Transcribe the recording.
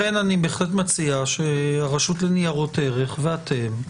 ולכן אני בהחלט מציע שהרשות לניירות ערך ואתם,